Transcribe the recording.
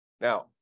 Now